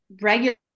regular